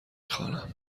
خوانم